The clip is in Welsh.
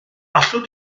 allwn